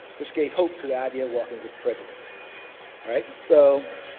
which gave hope to the idea of walking with presidents, all right? so,